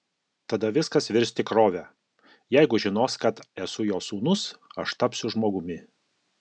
tada viskas virs tikrove jeigu žinos kad esu jo sūnus aš tapsiu žmogumi